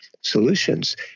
solutions